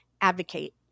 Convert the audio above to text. advocate